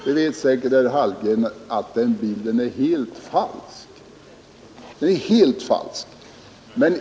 Herr Hallgren vet säkert att den bilden är helt falsk.